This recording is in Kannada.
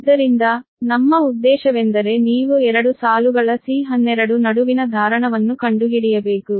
ಆದ್ದರಿಂದ ನಮ್ಮ ಉದ್ದೇಶವೆಂದರೆ ನೀವು 2 ಸಾಲುಗಳ C12 ನಡುವಿನ ಧಾರಣವನ್ನು ಕಂಡುಹಿಡಿಯಬೇಕು